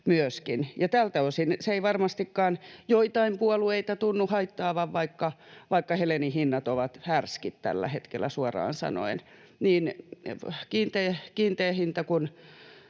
Tältä osin se ei varmastikaan joitain puolueita tunnu haittaavan, vaikka Helenin hinnat ovat härskit tällä hetkellä suoraan sanoen, niin kiinteä hinta kuin